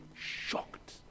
shocked